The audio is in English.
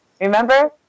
Remember